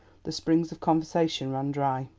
the springs of conversation ran dry.